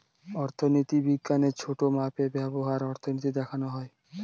অর্থনীতি বিজ্ঞানের ছোটো মাপে ব্যবহার অর্থনীতি দেখানো হয়